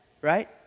right